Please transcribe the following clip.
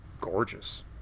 gorgeous